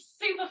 super